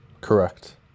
Correct